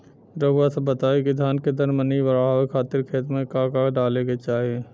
रउआ सभ बताई कि धान के दर मनी बड़ावे खातिर खेत में का का डाले के चाही?